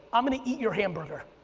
i'm going to eat your hamburger.